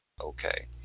okay